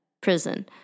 prison